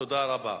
תודה רבה.